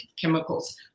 chemicals